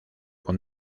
con